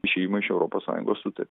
išėjimo iš europos sąjungos suta